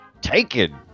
Taken